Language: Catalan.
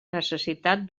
necessitat